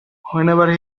whenever